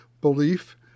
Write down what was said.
belief